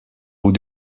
bout